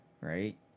right